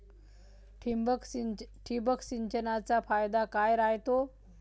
ठिबक सिंचनचा फायदा काय राह्यतो?